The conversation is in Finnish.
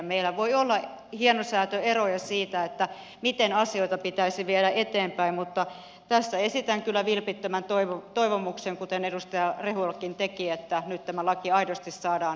meillä voi olla hienosäätöeroja siinä miten asioita pitäisi viedä eteenpäin mutta tässä esitän kyllä vilpittömän toivomuksen kuten edustaja rehulakin teki että nyt tämä laki aidosti saadaan eteenpäin ja hyväksytyksi